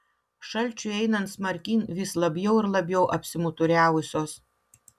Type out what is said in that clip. šalčiui einant smarkyn vis labiau ir labiau apsimuturiavusios